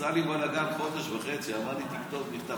עשה לי בלגן חודש וחצי, אמר לי: תכתוב מכתב.